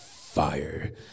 fire